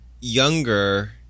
younger